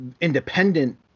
independent